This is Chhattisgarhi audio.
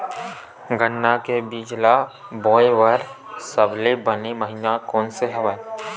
गन्ना के बीज ल बोय बर सबले बने महिना कोन से हवय?